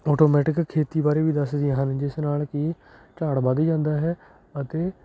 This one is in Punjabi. ਆਟੋਮੈਟਿਕ ਖੇਤੀ ਬਾਰੇ ਵੀ ਦੱਸਦੀਆਂ ਹਨ ਜਿਸ ਨਾਲ ਕਿ ਝਾੜ ਵੱਧ ਜਾਂਦਾ ਹੈ ਅਤੇ